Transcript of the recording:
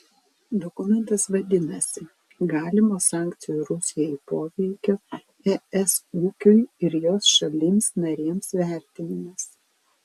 dokumentas vadinasi galimo sankcijų rusijai poveikio es ūkiui ir jos šalims narėms vertinimas